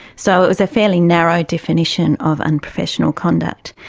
so it was a fairly narrow definition of unprofessional conduct.